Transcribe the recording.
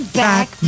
back